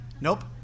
Nope